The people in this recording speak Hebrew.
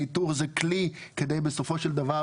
ניתור זה כלי כדי בסופו של דבר